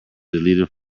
deleted